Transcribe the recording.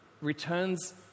returns